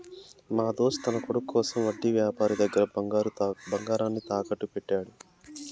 మా దోస్త్ తన కొడుకు కోసం వడ్డీ వ్యాపారి దగ్గర బంగారాన్ని తాకట్టు పెట్టాడు